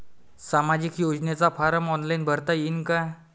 सामाजिक योजनेचा form online भरता येईन का?